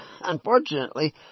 Unfortunately